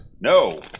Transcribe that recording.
no